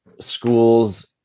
schools